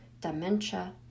dementia